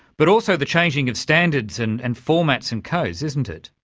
but also the changing of standards and and formats and codes, isn't it.